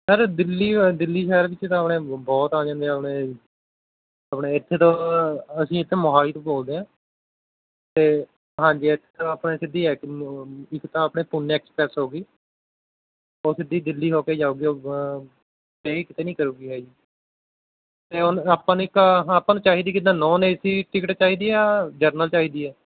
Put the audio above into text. sir Delhi Delhi ਸ਼ਹਿਰ ਵਿੱਚ ਤਾਂ ਆਪਣੇ ਬ ਬਹੁਤ ਆ ਜਾਂਦੇ ਆਪਣੇ ਆਪਣੇ ਇੱਥੇ ਤੋਂ ਅਸੀਂ ਇੱਥੇ ਮੋਹਾਲੀ ਤੋਂ ਬੋਲ਼ਦੇ ਹਾਂ ਅਤੇ ਹਾਂਜੀ ਇੱਕ ਤਾਂ ਆਪਣੇ ਸਿੱਧੀ ਇੱਕ ਇੱਕ ਤਾਂ ਆਪਣੇ ਪੂਨੇ ਐਕਸਪ੍ਰੈਸ ਹੋ ਗਈ ਉਹ ਸਿੱਧੀ ਦਿੱਲੀ ਹੋ ਕੇ ਜਾਊਗੀ ਉਹ ਸਟੇਅ ਕਿਤੇ ਨਹੀਂ ਕਰੇਗੀ ਹੈਗੀ ਅਤੇ ਹੁਣ ਆਪਾਂ ਨੇ ਇੱਕ ਆਪਾਂ ਨੂੰ ਚਾਹੀਦੀ ਕਿੱਦਾਂ ਨੋਨ ਏ ਸੀ ਟਿਕਟ ਚਾਹੀਦੀ ਜਾਂ ਜਰਨਲ ਚਾਹੀਦੀ ਹੈ